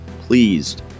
pleased